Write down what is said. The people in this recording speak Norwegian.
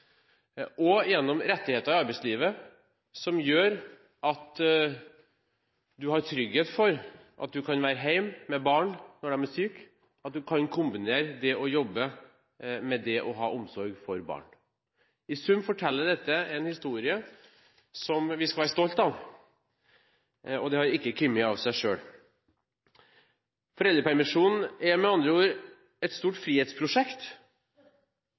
klasse, gjennom rettigheter i arbeidslivet som gjør at du har trygghet for at du kan være hjemme med barn når de er syke, og at du kan kombinere det å jobbe med det å ha omsorg for barn. I sum forteller dette en historie som vi skal være stolte av, og det har ikke kommet av seg selv. Foreldrepermisjon er med andre ord et stort frihetsprosjekt.